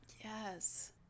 Yes